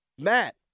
Matt